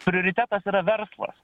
prioritetas yra verslas